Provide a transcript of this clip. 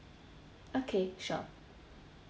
okay sure